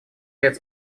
лет